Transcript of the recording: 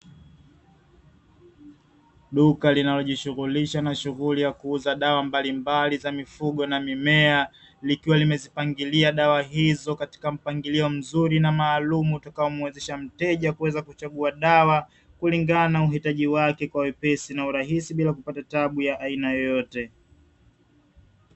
Duka linalojishughulisha na shughuli ya kuuza dawa mbalimbali za mifugo na mimea, likiwa limezipangilia dawa hizo katika mpangilio mzuri na maalumu utakaomwezesha mteja kuweza kuchagua dawa kulingana na uhitaji wake kwa wepesi na urahisi; bila kupata tabu ya aina yoyote.